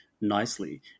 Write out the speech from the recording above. nicely